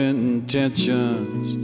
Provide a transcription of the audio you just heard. Intentions